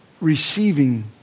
receiving